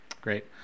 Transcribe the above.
Great